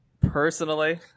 personally